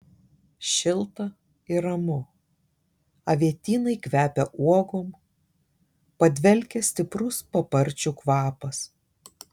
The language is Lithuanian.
šilta ir ramu avietynai kvepia uogom padvelkia stiprus paparčių kvapas